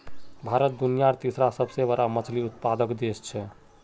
भारत दुनियार तीसरा सबसे बड़ा मछली उत्पादक देश छे